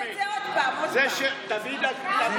תודה.